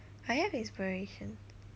I have inspiration